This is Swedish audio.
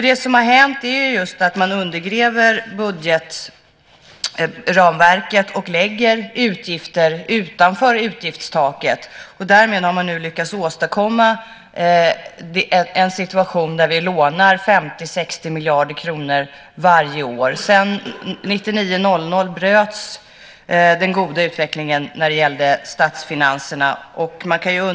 Det som har hänt är just att man har undergrävt budgetramverket och lagt utgifter utanför utgiftstaket. Därmed har man lyckats åstadkomma en situation där vi lånar 50-60 miljarder kronor varje år. 1999-2000 bröts den goda utvecklingen när det gällde statsfinanserna.